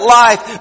life